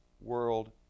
world